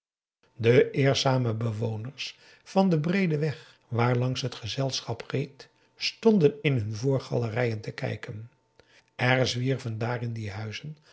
de eerzame bewoners van den breeden weg waarlangs het gezelschap reed stonden in hun voorgalerijen te kijken er zwierven daar in die huizen